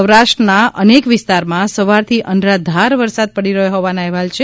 સૌરાષ્ટ્ર ના અનેક વિસ્તારમાં સવારથી અનરાધાર વરસાદ પડી રહ્યો હોવાના અહેવાલ છે